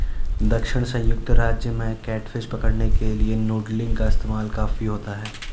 दक्षिणी संयुक्त राज्य में कैटफिश पकड़ने के लिए नूडलिंग का इस्तेमाल काफी होता है